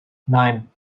nein